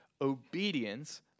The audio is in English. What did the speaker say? obedience